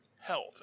health